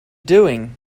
doing